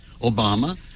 Obama